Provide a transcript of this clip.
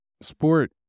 sport